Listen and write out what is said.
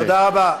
תודה רבה.